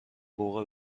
حقوق